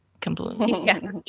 completely